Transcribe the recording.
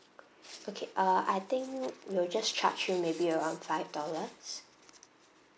okay uh I think we'll just charge you maybe around five dollars